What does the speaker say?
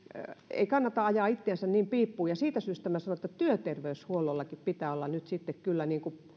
kannata ajaa itseänne piippuun ja siitä syystä minä sanon että työterveyshuollollakin pitää nyt sitten kyllä